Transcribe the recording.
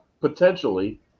potentially